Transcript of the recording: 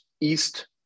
East